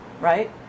right